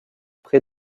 près